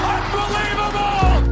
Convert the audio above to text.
Unbelievable